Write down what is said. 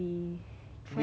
we can be